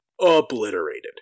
obliterated